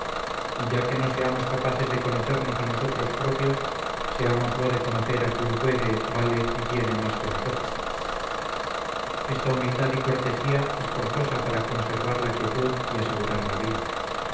y ya que no seamos capaces de conocernos a nosotros propios seámoslo de conocer a quien puede vale y tiene más que nosotros esta humildad y cortesía es forzosa para conservar la quietud y asegurar la vida